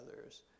others